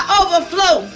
overflow